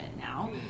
now